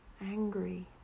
angry